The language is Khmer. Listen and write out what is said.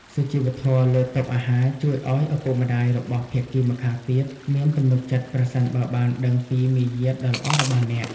សុជីវធម៌លើតុអាហារជួយឱ្យឪពុកម្ដាយរបស់ភាគីម្ខាងទៀតមានទំនុកចិត្ត ប្រសិនបើបានដឹងពីមារយាទដ៏ល្អរបស់អ្នក។